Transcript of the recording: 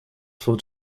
for